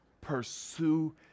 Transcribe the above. pursue